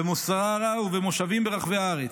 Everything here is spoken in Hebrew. במוסררה ובמושבים ברחבי הארץ.